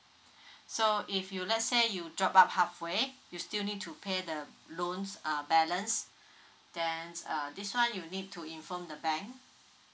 so if you let's say you dropped out halfway you still need to pay the loans uh balance then uh this one you need to inform the bank